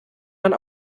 man